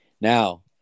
Now